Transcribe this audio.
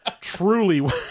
Truly